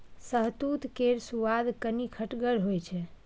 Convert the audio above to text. शहतुत केर सुआद कनी खटगर होइ छै